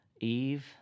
Eve